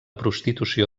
prostitució